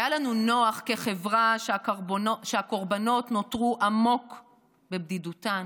היה לנו נוח כחברה שהקורבנות נותרו עמוק בבדידותן,